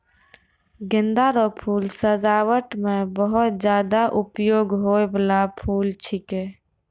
गेंदा रो फूल सजाबट मे बहुत ज्यादा उपयोग होय बाला फूल छिकै